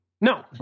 No